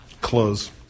close